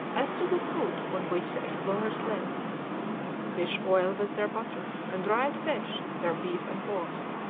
as to the food on which the explorers lived fish oil was their butter and dried fish their beef and pork.